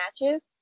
matches